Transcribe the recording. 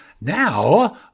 Now